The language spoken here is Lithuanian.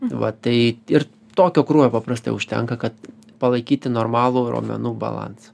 va tai ir tokio krūvio paprastai užtenka kad palaikyti normalų raumenų balansą